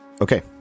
Okay